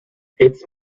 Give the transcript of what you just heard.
its